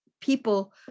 people